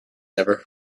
never